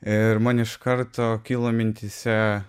ir man iš karto kilo mintyse